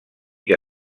que